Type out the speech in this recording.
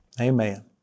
Amen